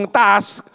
task